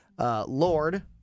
Lord